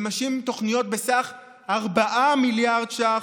ומשהים תוכניות בסך 4 מיליארד ש"ח,